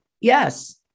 Yes